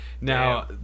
Now